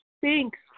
Thanks